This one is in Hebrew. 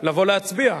לבוא להצביע.